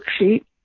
worksheet